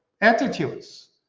attitudes